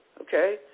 okay